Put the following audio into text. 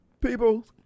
People